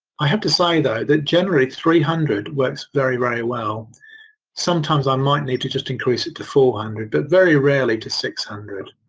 i have to say and thought that generally three hundred works very very well sometimes i might need to just increase it to four hundred but very rarely to six hundred.